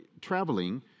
traveling